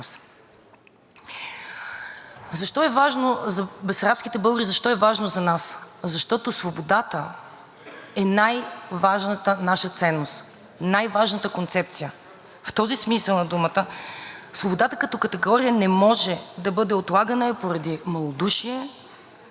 е най-важната наша ценност, най-важната концепция. В този смисъл на думата свободата като категория не може да бъде отлагана поради малодушие, нерешителност или лични интереси, колеги. Благодаря Ви. ПРЕДСЕДАТЕЛ РОСЕН ЖЕЛЯЗКОВ: Благодаря Ви, госпожо Белобрадова. Реплика?